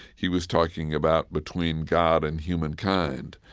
he was talking about between god and humankind.